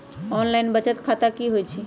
Online बचत खाता की होई छई?